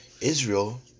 Israel